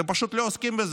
אתם פשוט לא עוסקים בזה.